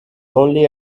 only